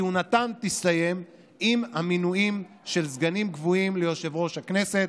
כהונתם תסתיים עם מינוים של סגנים קבועים ליושב-ראש הכנסת.